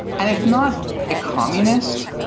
and if not a communist,